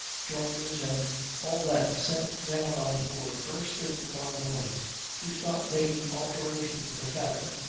joiners and all that sent down on board first thing to-morrow morning to start making alterations in the cabin.